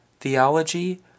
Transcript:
Theology